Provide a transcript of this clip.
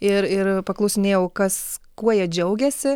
ir ir paklausinėjau kas kuo jie džiaugiasi